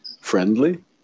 friendly